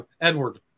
Edward